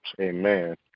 Amen